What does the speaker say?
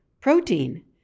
protein